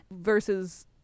versus